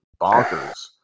bonkers